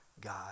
God